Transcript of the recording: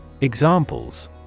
Examples